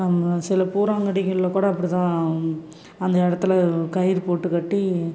சில பூரான் கடிகளில் கூட அப்படி தான் அந்த இடத்துல கயிறு போட்டு கட்டி